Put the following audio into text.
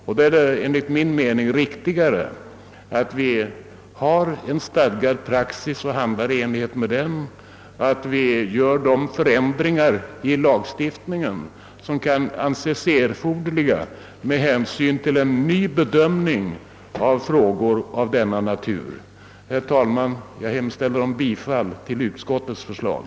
Då är det enligt min mening lämpligt att vi har en stadgad praxis och handlar i enlighet med den. Sedan får man väl göra de förändringar i lagstiftningen som kan anses erforderliga med hänsyn till en ny bedömning av frågor av denna natur. Herr talman! Jag yrkar bifall till utskottets förslag.